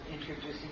introducing